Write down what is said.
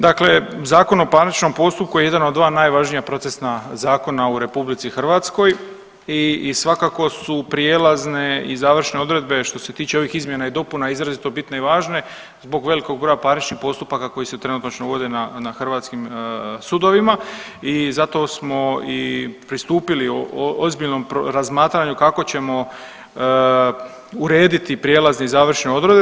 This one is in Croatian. Dakle, Zakon o parničnom postupku jedan od dva najvažnija procesna zakona u RH i svakako su prijelazne i završne odredbe što se tiče ovih izmjena i dopuna izrazito bitne i važne zbog velikog broja parničnih postupaka koji se trenutačno vode na hrvatskim sudovima i zato smo i pristupili ozbiljnom razmatranju kako ćemo urediti prijelazne i završne odredbe.